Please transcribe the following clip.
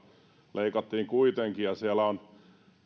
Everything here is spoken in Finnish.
leikattiin kuitenkin